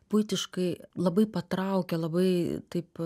buitiškai labai patraukia labai taip